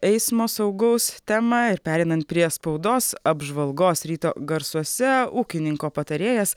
eismo saugaus temą ir pereinant prie spaudos apžvalgos ryto garsuose ūkininko patarėjas